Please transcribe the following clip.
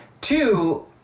Two